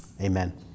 Amen